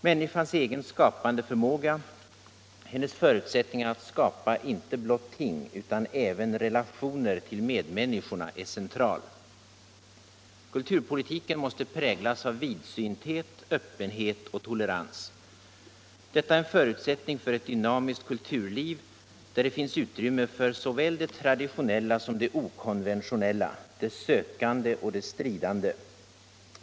Människans egen skapande förmåga, hennes förutsättningar att skapa inte blott ting utan även relationer till med Kulturpolitiken Kulturpolitiken människorna är central. Kulturpolitiken måste präglas av vidsynthet, öppenhet och tolerans. Detta är en förutsättning för ett dynamiskt kulturliv, där det finns utrymme för såväl det traditionella som det okonventionella, det sökande och det stridande.